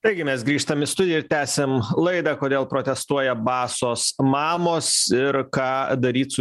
taigi mes grįžtam į studiją ir tęsiam laidą kodėl protestuoja basos mamos ir ką daryt su